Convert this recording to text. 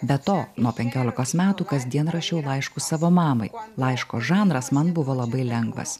be to nuo penkiolikos metų kasdien rašiau laiškus savo mamai laiško žanras man buvo labai lengvas